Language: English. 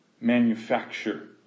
manufacture